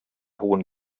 hohen